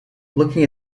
looking